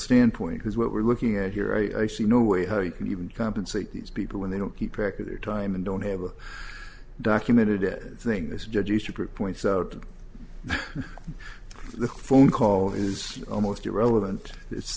standpoint because what we're looking at here i see no way how you can even compensate these people when they don't keep track of their time and don't have a documented thing this judge easterbrook points out the phone call is almost irrelevant it's